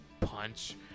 punch